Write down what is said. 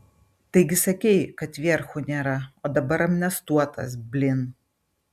taigi sakei kad vierchų nėra o dabar amnestuotas blin